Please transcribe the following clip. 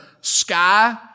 sky